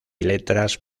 letras